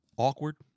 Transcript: awkward